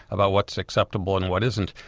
about what is acceptable and what isn't,